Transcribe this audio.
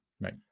Right